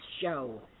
Show